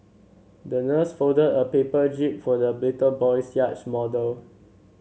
the nurse folded a paper jib for the little boy's yacht model